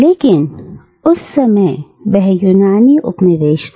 लेकिन उस समय वह एक यूनानी उपनिवेश था